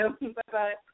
Bye-bye